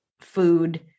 food